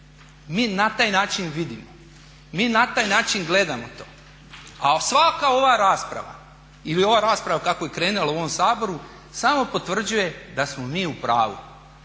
mi na taj način vidimo, mi na taj način gledamo to a svaka ova rasprava ili ova rasprava kako je krenula u ovom Saboru samo potvrđuje da smo mi u pravu.